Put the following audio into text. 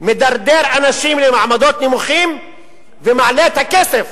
מדרדר אנשים למעמדות נמוכים ומעלה את הכסף